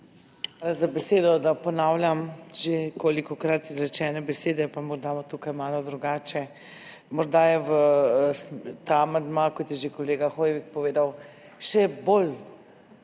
za besedo. Ponavljam že tolikokrat izrečene besede, pa morda bo tukaj malo drugače. Morda je ta amandma, kot je že kolega Hoivik povedal, še bolj